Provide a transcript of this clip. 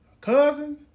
cousin